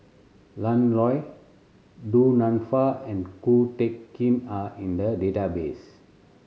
Lan Loy Du Nanfa and Ko Teck Kin are in the database